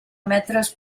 metres